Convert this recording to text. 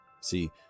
See